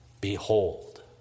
Behold